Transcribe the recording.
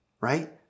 right